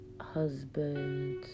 husband